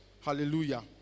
Hallelujah